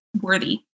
worthy